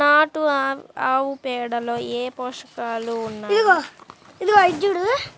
నాటు ఆవుపేడలో ఏ ఏ పోషకాలు ఉన్నాయి?